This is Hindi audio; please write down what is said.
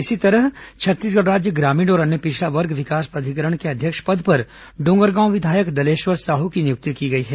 इसी तरह छत्तीसगढ़ राज्य ग्रामीण और अन्य पिछड़ा वर्ग विकास प्राधिकरण के अध्यक्ष पद पर डोंगरगांव विधायक दलेश्वर साह की नियुक्ति की गई है